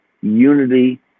unity